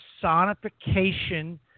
personification